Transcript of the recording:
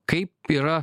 kaip yra